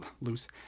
loose